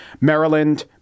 Maryland